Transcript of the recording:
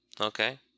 Okay